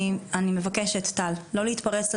אני מבקשת לא להתפרץ לדברים,